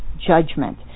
judgment